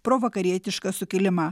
provakarietišką sukilimą